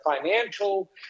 financial